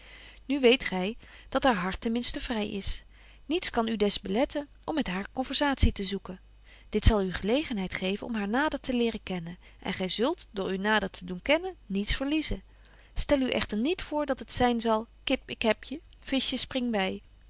nu weet gy dat haar hart ten minsten vry is niets kan u des beletten om met haar conversatie te zoeken dit zal u gelegenheid geven om haar nader te leren kennen en gy zult door u nader te doen kennen niets verliezen stel u echter niet voor dat het zyn zal kip ik hebje visje spring by